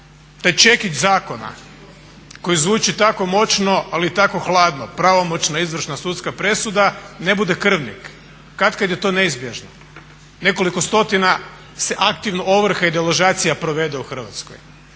taj čekić zakona koji zvuči tako moćno ali i tako hladno, pravomoćna izvršna sudska presuda, ne bude krvnik. Katkad je to neizbježno. Nekoliko stotina se aktivno ovrha i deložacija provede u Hrvatskoj